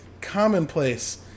commonplace